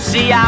See